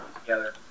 together